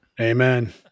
Amen